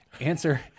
answer